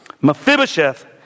Mephibosheth